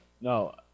No